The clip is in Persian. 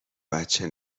بچه